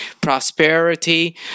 prosperity